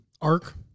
arc